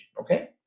Okay